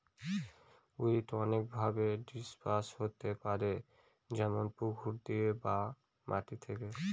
weed অনেকভাবে disperse হতে পারে যেমন পুকুর দিয়ে বা মাটি থেকে